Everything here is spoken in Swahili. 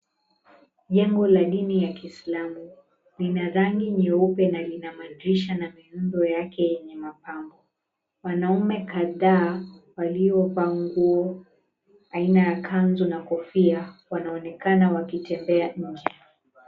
Jengo la dini ya kiislamu lina rangi nyeupe na lina madirisha na miundo yake yenye mapambo. Wanaume kadhaa waliovaa nguo aina ya kanzu na kofia wanaonekana wakitembea nje.